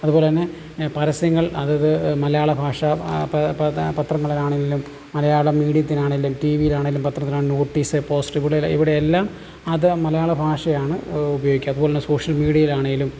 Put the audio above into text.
അതുപോലെതന്നെ പരസ്യങ്ങൾ അതത് മലയാളഭാഷാ പത്രങ്ങളിലാണെങ്കിലും മലയാളം മീഡിയത്തിനാണെങ്കിലും ടീ വിയിൽ ആണെങ്കിലും പത്രത്തിലാണെങ്കിലും നോട്ടീസ് പോസ്റ്ററ് ഇവിടെയെല്ലാം ഇവിടെയെല്ലാം അത് മലയാള ഭാഷയാണ് ഉപയോഗിക്കുക അതുപോലെതന്നെ സോഷ്യൽ മീഡിയയിലാണെങ്കിലും